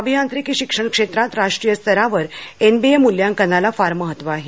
अभियांत्रिकी शिक्षण क्षेत्रात राष्ट्रीय स्तरावर एनबीए मूल्यांकनाला फार महत्व आहे